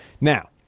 Now